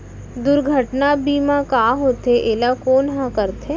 दुर्घटना बीमा का होथे, एला कोन ह करथे?